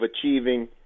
achieving